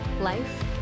life